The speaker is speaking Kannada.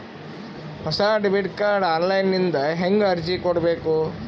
ಹೊಸ ಡೆಬಿಟ ಕಾರ್ಡ್ ಆನ್ ಲೈನ್ ದಿಂದ ಹೇಂಗ ಅರ್ಜಿ ಕೊಡಬೇಕು?